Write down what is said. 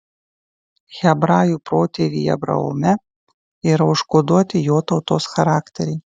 hebrajų protėvyje abraome yra užkoduoti jo tautos charakteriai